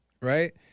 right